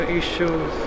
issues